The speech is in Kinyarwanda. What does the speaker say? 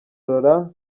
rolland